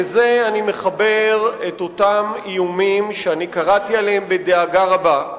לזה אני מחבר את אותם איומים שאני קראתי עליהם בדאגה רבה,